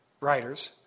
writers